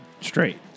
straight